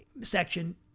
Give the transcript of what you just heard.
section